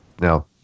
Now